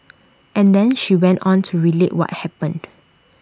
and then she went on to relate what happened